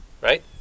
right